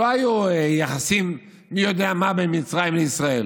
לא היו יחסים מי יודע מה בין מצרים לישראל.